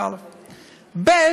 ב.